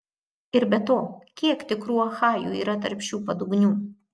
ir be to kiek tikrų achajų yra tarp šių padugnių